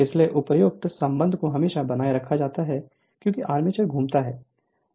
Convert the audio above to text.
इसलिए उपरोक्त संबंध को हमेशा बनाए रखा जाता है क्योंकि आर्मेचर घूमता है